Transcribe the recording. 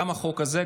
גם החוק הזה,